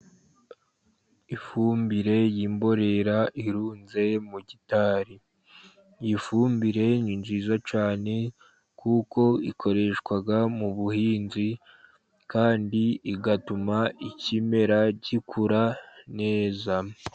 Ifumbire y'imborera irunze mu gitari. Iyi fumbire ni nziza cyane kuko ikoreshwa mu buhinzi, kandi igatuma ikimera gikura neza.